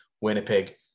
Winnipeg